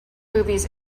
movies